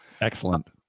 Excellent